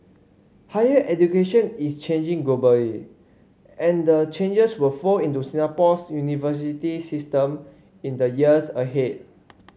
higher education is changing globally and the changes will flow into Singapore's university system in the years ahead